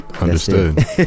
Understood